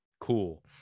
cool